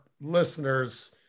listeners